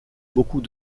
beaucoup